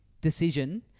decision